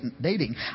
dating